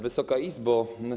Wysoka Izbo!